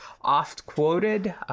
oft-quoted